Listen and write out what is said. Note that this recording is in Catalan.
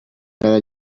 cada